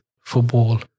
football